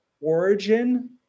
origin